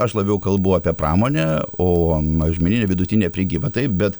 aš labiau kalbu apie pramonę o mažmeninė vidutinė prekyba taip bet